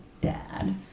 dad